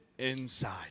inside